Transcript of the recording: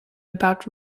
about